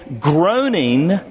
groaning